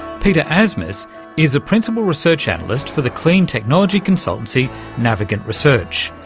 peter asmus is a principal research analyst for the clean technology consultancy navigant research.